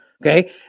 Okay